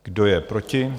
Kdo je proti?